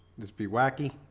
just be wacky